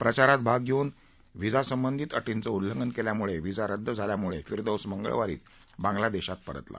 प्रचारात भाग घेऊन व्हीजासंबधीत अटींचं उल्लंघन केल्यामुळे व्हीजा रद्द झाल्यामुळे फिरदौस मंगळवारीच बांगलादेशी परतला